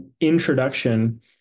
introduction